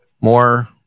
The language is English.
more